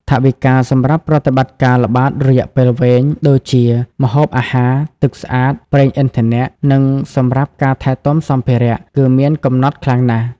ថវិកាសម្រាប់ប្រតិបត្តិការល្បាតរយៈពេលវែង ដូចជា ម្ហូបអាហារ ទឹកស្អាត ប្រេងឥន្ធនៈ និងសម្រាប់ការថែទាំសម្ភារៈ គឺមានកំណត់ខ្លាំងណាស់។